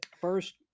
First